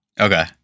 okay